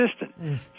assistant